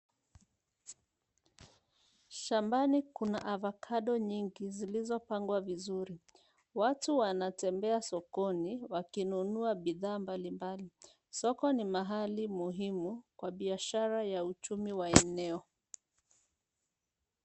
Shambani kuna avocado nyingi zilizopangwa vizuri. Watu wanatembea sokoni wakinunua bidhaa mbalimbali. Soko ni mahali muhimu kwa biashara ya uchumi wa eneo.